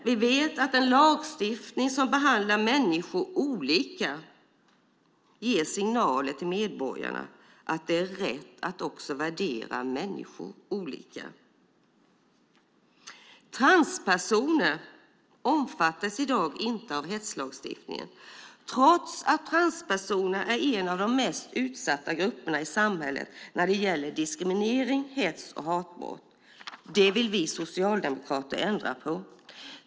Vi vet att en lagstiftning som behandlar människor olika ger signaler till medborgarna att det är rätt att också värdera människor olika. Transpersoner omfattas i dag inte av rättslagstiftningen trots att transpersoner är en av de mest utsatta grupperna i samhället när det gäller diskriminering, hets och hatbrott. Det vill vi socialdemokrater ändra på.